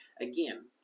again